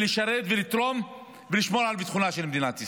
לשרת ולתרום ולשמור על ביטחונה של מדינת ישראל.